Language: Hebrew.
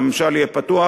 שהממשל יהיה פתוח,